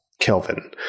Kelvin